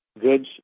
goods